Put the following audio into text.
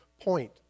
point